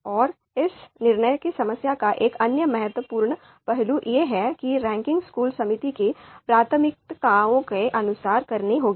अब इस निर्णय की समस्या का एक अन्य महत्वपूर्ण पहलू यह है कि रैंकिंग स्कूल समिति की प्राथमिकताओं के अनुसार करनी होगी